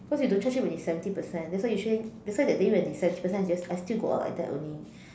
cause you don't charge it when it's seventy percent that's why usually that's why that day when it's seventy percent I just I still go out like that only